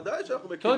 ודאי שאנחנו מכירים בזה.